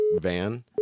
van